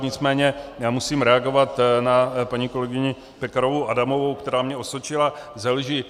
Nicméně já musím reagovat na paní kolegyni Pekarovou Adamovou, která mě osočila ze lži.